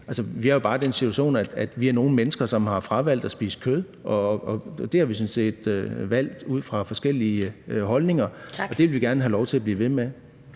Vi er jo bare i den situation, at vi er nogle mennesker, som har fravalgt at spise kød, og det har vi sådan set valgt ud fra forskellige holdninger, og det vil vi gerne have lov til at blive ved med.